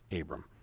Abram